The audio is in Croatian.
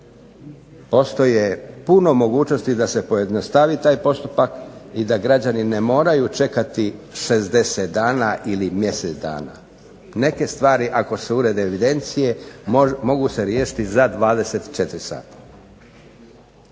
Postoje puno mogućnosti da se pojednostavi taj postupak i da građani ne moraju čekati 60 dana ili mjesec dana. Neke stvari ako se urede evidencije mogu se riješiti za 24 sata.